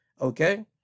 Okay